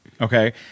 okay